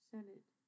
Senate